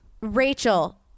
Rachel